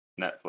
Netflix